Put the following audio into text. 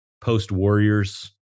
post-Warriors